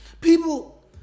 people